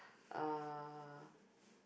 uh